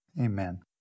Amen